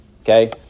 okay